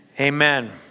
Amen